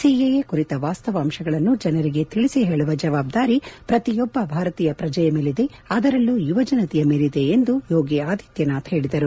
CAA ಕುರಿತ ವಾಸ್ತವಾಂಶಗಳನ್ನು ಜನರಿಗೆ ತಿಳಿಸಿ ಹೇಳುವ ಜವಾಬ್ದಾರಿ ಪ್ರತಿಯೊಬ್ಬ ಭಾರತೀಯ ಪ್ರಜೆಯ ಅದರಲ್ಲೂ ಯುವಜನತೆಯ ಮೇಲಿದೆ ಎಂದು ಯೋಗಿ ಆದಿತ್ಯನಾಥ್ ಹೇಳಿದರು